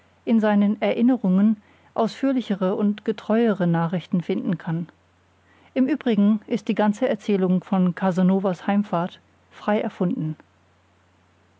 in seinen erinnerungen ausführlichere und getreuere nachrichten finden kann im übrigen ist die ganze erzählung von casanovas heimfahrt frei erfunden